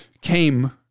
came